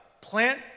plant